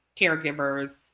caregivers